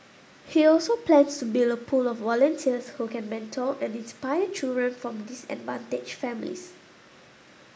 he also plans to build a pool of volunteers who can mentor and inspire children from disadvantaged families